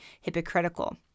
hypocritical